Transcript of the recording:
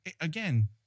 again